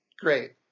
Great